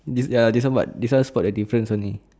this ya this one but this one spot the difference only